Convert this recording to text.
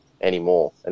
anymore